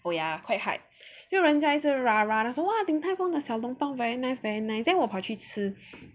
oh yeah quite hype 因为人家一直 (pbo) !wah! Din-Tai-Fung the xiao long bao very nice very nice then 我跑去吃